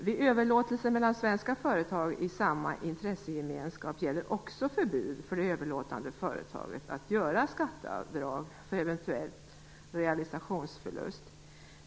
Vid överlåtelse mellan svenska företag inom samma intressegemenskap gäller också förbud för det överlåtande företaget att göra skatteavdrag för eventuell realisationsförlust.